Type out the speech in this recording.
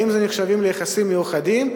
האם זה נחשב ליחסים מיוחדים,